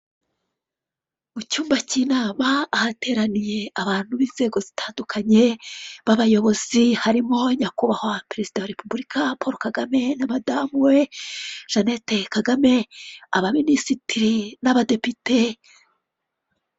Mu cyumba cy'inama ahateraniye abantu b'inzego zitandukanye b'abayobozi harimo nyakubahwa perezida wa repubulika Paul Kagame na madamu we Jeannette Kagame, abaminisitiri n'abadepite.